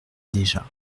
déjà